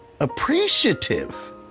appreciative